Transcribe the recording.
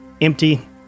Empty